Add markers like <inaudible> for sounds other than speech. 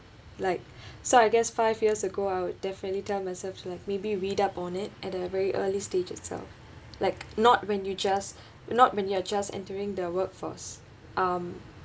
like <breath> so I guess five years ago I'd definitely tell myself like maybe read up on it at that very early stage itself like not when you just <breath> not when you're just entering the workforce um